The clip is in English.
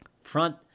front